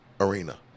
arena